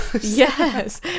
Yes